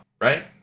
Right